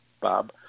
Bob